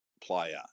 player